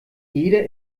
jeder